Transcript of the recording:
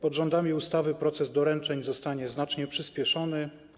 Pod rządami ustawy proces doręczeń zostanie znacznie przyspieszony.